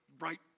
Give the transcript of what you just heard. Right